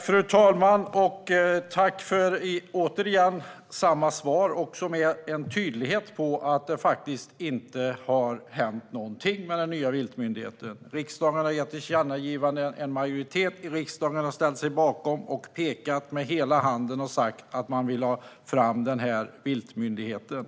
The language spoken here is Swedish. Fru talman! Jag tackar för samma svar än en gång, med en tydlighet i fråga om att det faktiskt inte har hänt någonting med den nya viltmyndigheten. Riksdagen har lämnat ett tillkännagivande. En majoritet i riksdagen har ställt sig bakom detta. Denna majoritet har pekat med hela handen och sagt att man vill ha fram den här viltmyndigheten.